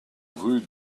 rue